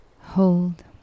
hold